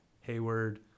Hayward